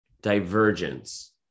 divergence